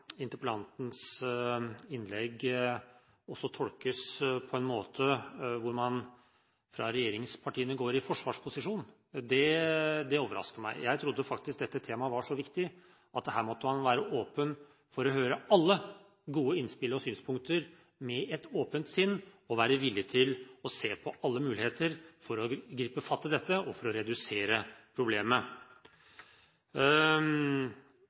interpellantens innlegg også tolkes på en slik måte at man fra regjeringspartienes side går i forsvarsposisjon. Det overrasker meg. Jeg trodde faktisk dette temaet var så viktig at her måtte man være åpen for å høre alle gode innspill og synspunkter med et åpent sinn, og være villig til å se på alle muligheter for å gripe fatt i dette og for å redusere problemet.